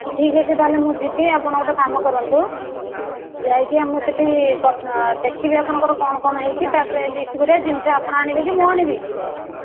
ଠିକ୍ଅଛି ତାହେଲେ ମୁଁ ଯିବି ଆପଣ ଗୋଟେ କାମ କରନ୍ତୁ ଯାଇକି ମୁଁ ସେଠି ଦେଖିବି ଆପଣଙ୍କର କ'ଣ କ'ଣ ହୋଇଛି ତା'ପରେ ଲିଷ୍ଟ କରି ଜିନିଷ ଆପଣ ଆଣିବେ କି ମୁଁ ଆଣିବି